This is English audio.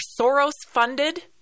Soros-funded